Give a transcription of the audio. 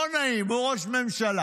לא נעים, הוא ראש ממשלה.